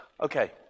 Okay